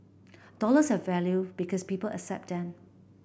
dollars have value because people accept them